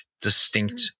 distinct